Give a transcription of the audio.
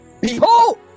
Behold